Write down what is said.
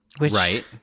Right